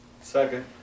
second